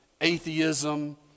atheism